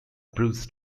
bruce